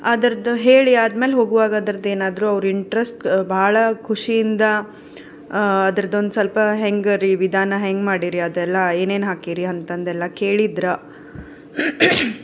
ಅದ್ರದ್ದು ಹೇಳಿ ಆದ್ಮೇಲೆ ಹೋಗುವಾಗ ಅದ್ರದ್ದು ಏನಾದರೂ ಅವ್ರ ಇಂಟ್ರೆಸ್ಟ್ ಭಾಳ ಖುಷಿಯಿಂದ ಅದ್ರದ್ದು ಒಂದು ಸ್ವಲ್ಪ ಹೆಂಗೆ ರೀ ವಿಧಾನ ಹೆಂಗೆ ಮಾಡೀರಿ ಅದೆಲ್ಲ ಏನೇನು ಹಾಕೀರಿ ಅಂತಂದೆಲ್ಲ ಕೇಳಿದರ